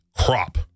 crop